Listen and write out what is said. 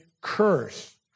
curse